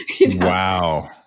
Wow